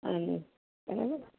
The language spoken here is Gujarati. હમ બરાબર